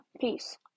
Peace